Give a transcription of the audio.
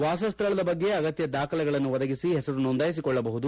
ವಾಸ ಸ್ನಳದ ಬಗ್ಗೆ ಅಗತ್ಯ ದಾಖಲೆಗಳನ್ನು ಒದಗಿಸಿ ಹೆಸರು ನೋಂದಾಯಿಸಿ ಕೊಳ್ಳ ಬಹುದು